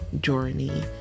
journey